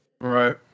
Right